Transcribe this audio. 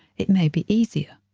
it may be easier.